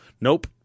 nope